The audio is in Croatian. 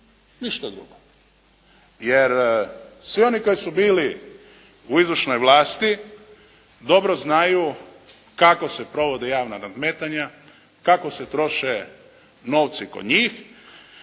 Ništa drugo. Jer svi oni koji su bili u izvršnoj vlasti dobro znaju kako se provode javna nadmetanja, kako se troše novci kod njih.